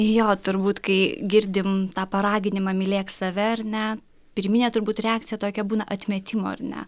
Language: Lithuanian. jo turbūt kai girdim tą paraginimą mylėk save ar ne pirminė turbūt reakcija tokia būna atmetimo ar ne